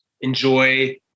enjoy